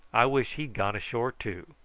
i wish he'd gone ashore too.